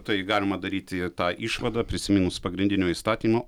tai galima daryti tą išvadą prisiminus pagrindinio įstatymo